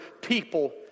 people